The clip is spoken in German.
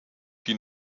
die